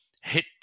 hit